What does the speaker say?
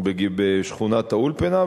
בשכונת-האולפנה,